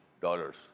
dollars